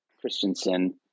Christensen